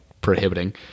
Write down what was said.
prohibiting